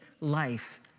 life